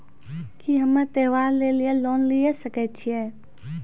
की हम्मय त्योहार लेली लोन लिये सकय छियै?